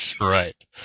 Right